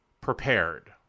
prepared